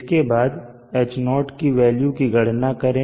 इसके बाद Ho की वैल्यू की गणना करें